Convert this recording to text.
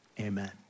Amen